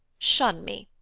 shun me,